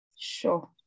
Sure